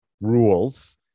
rules